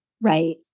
right